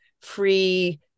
free